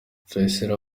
rutayisire